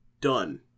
done